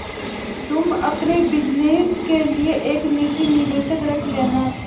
तुम अपने बिज़नस के लिए एक निजी निवेशक रख लेना